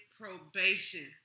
probation